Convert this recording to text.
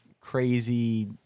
crazy